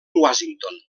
washington